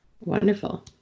Wonderful